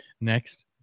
next